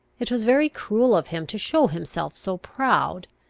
it was very cruel of him to show himself so proud,